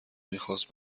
میخواست